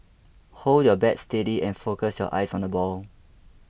hold your bat steady and focus your eyes on the ball